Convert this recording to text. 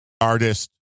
artist